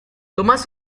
tomás